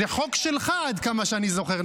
זה חוק שלך, עד כמה שאני זוכר.